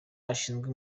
ashinzwe